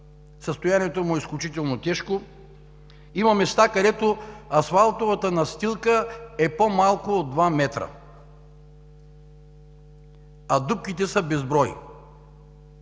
Състоянието му е изключително тежко. Има места, където асфалтовата настилка е по-малко от два метра, а дупките са безброй.